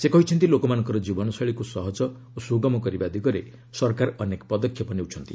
ସେ କହିଛନ୍ତି ଲୋକମାନଙ୍କର ଜୀବନଶୈଳୀକୁ ସହଜ ଓ ସୁଗମ କରିବା ଦିଗରେ ସରକାର ଅନେକ ପଦକ୍ଷେପ ନେଉଛନ୍ତି